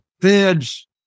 Fed's